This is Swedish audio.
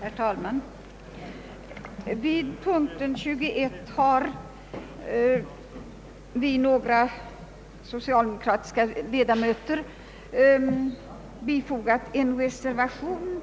Herr talman! Vid punkten 21 har vi några socialdemokratiska ledamöter fogat en reservation